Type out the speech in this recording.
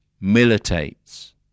militates